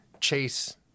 chase